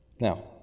Now